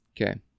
Okay